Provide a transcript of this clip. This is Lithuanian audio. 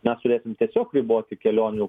mes tūrėsim tiesiog riboti kelionių